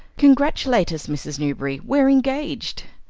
congratulate us, mrs. newberry, we're engaged.